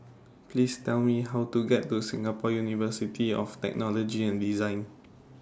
Please Tell Me How to get to Singapore University of Technology and Design